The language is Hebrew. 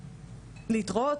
להתראות",